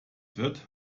wird